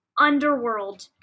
underworld